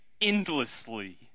endlessly